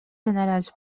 generals